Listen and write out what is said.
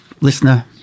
listener